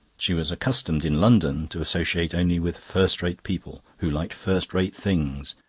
she was accustomed in london to associate only with first-rate people who liked first-rate things,